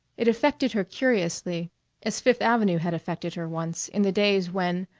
it affected her curiously as fifth avenue had affected her once, in the days when,